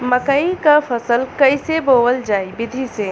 मकई क फसल कईसे बोवल जाई विधि से?